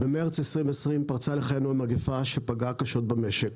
במרץ 2020, פרצה לחיינו המגיפה שפגעה קשות במשק.